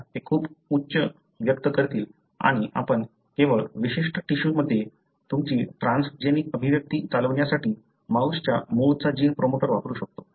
आता ते खूप उच्च व्यक्त करतील किंवा आपण केवळ विशिष्ट टिशूजमध्ये तुमची ट्रान्सजेनिक अभिव्यक्ती चालविण्यासाठी माउसच्या मूळचा जिन प्रोमोटर वापरू शकतो